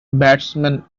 batsman